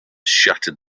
shattered